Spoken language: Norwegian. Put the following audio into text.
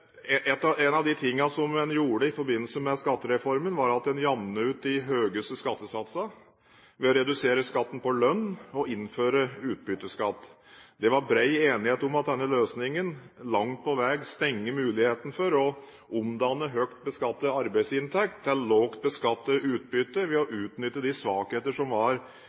En av de tingene man gjorde i forbindelse med skattereformen, var at man jevnet ut de høyeste skattesatsene ved å redusere skatten på lønn og innføre utbytteskatt. Det var bred enighet om at denne løsningen langt på vei stenger muligheten for å omdanne høyt beskattet arbeidsinntekt til lavt beskattet utbytte ved å utnytte de svakheter som var